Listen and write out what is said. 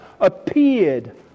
appeared